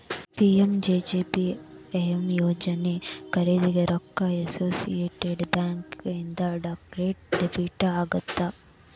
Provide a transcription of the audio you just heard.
PMJJBY ಯೋಜನಾ ಖರೇದಿ ರೊಕ್ಕ ಅಸೋಸಿಯೇಟೆಡ್ ಬ್ಯಾಂಕ್ ಇಂದ ಡೈರೆಕ್ಟ್ ಡೆಬಿಟ್ ಆಗತ್ತ